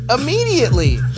immediately